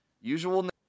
usual